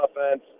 offense